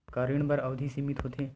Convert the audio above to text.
का ऋण बर अवधि सीमित होथे?